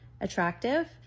attractive